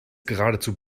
geradezu